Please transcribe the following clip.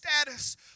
status